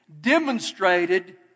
demonstrated